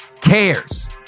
cares